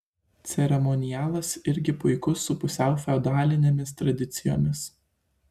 ceremonialas irgi puikus su pusiau feodalinėmis tradicijomis